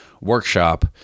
workshop